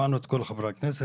שמענו את כל חברי הכנסת,